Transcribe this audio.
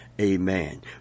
Amen